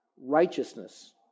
Righteousness